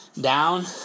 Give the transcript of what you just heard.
down